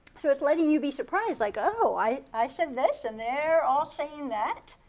letting you be surprised. like oh, i i said this and they're all saying that.